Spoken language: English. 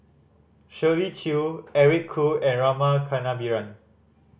Shirley Chew Eric Khoo and Rama Kannabiran